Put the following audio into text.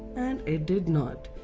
and it did not.